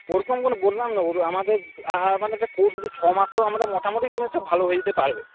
ওরকম কোনো বললাম না আমাদের আমাদের একটা কোর্স আছে ছয় মাসেও মোটামুটি তুমি একটা ভালো হয়ে যেতে পারবে